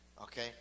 okay